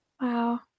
wow